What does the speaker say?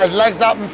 ah legs up,